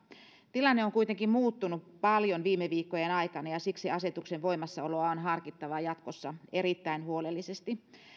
tilanne on kuitenkin muuttunut paljon viime viikkojen aikana ja siksi asetuksen voimassaoloa on harkittava jatkossa erittäin huolellisesti